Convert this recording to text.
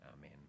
Amen